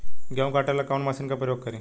गेहूं काटे ला कवन मशीन का प्रयोग करी?